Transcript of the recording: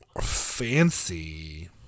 Fancy